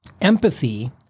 Empathy